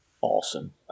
awesome